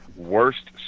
worst